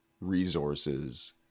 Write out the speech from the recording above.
resources